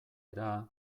era